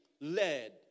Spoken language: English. led